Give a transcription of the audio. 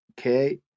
Okay